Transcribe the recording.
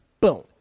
boom